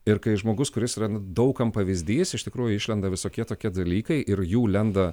ir kai žmogus kuris yra daug kam pavyzdys iš tikrųjų išlenda visokie tokie dalykai ir jų lenda